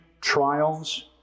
trials